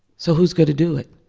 so who's going to do it?